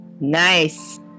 NICE